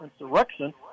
insurrection